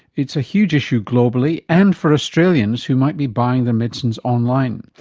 it's a huge issue globally and for australians who might be buying their medicines online.